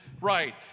right